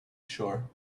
shore